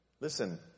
listen